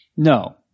No